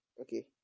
Okay